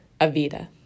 Avida